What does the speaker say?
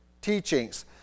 teachings